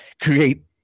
create